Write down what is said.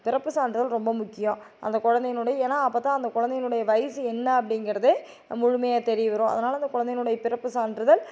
பிறப்புச் சான்றிதழ் ரொம்ப முக்கியம் அந்த கொழந்தையினுடைய ஏனால் அப்போதான் அந்த கொழந்தையினுடைய வயசு என்ன அப்படிங்கிறது முழுமையாக தெரியவரும் அதனாலே அந்த கொழந்தையினுடைய பிறப்புச் சான்றிதழ்